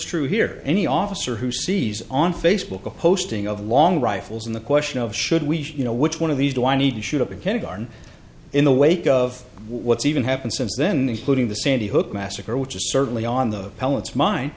true here any officer who sees on facebook a posting of long rifles and the question of should we you know which one of these do i need to shoot up again darn in the wake of what's even happened since then he's putting the sandy hook massacre which is certainly on the pellets min